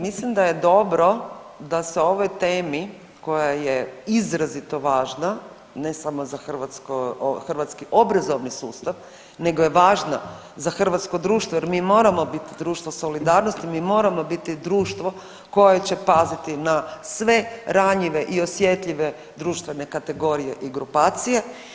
Mislim da je dobro da se o ovoj temi koja je izrazito važna ne samo za hrvatski obrazovni sustav nego je važna za hrvatsko društvo jer mi moramo biti društvo solidarnosti, mi moramo biti društvo koje će paziti na sve ranjive i osjetljive društvene kategorije i grupacije.